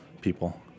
people